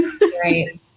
Right